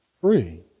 free